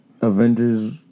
Avengers